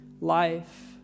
life